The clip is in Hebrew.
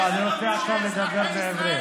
לא, אני רוצה עכשיו לדבר בעברית.